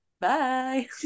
Bye